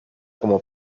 como